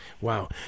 Wow